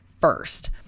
first